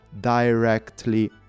directly